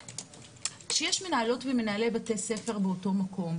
כשיש מנהלות ומנהלי בתי-ספר באותו מקום,